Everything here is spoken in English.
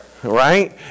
Right